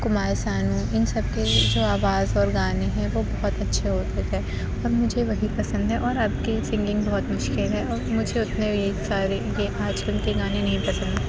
کمار سانو ان سب کی جو آواز اور گانے ہیں وہ بہت اچھے ہوتے تھے اور مجھے وہی پسند ہیں اور اب کی سنگنگ بہت مشکل ہے اور مجھے اتنے یہ سارے یہ آج کل کے گانے نہیں پسند